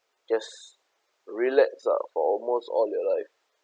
just relax lah for almost all your life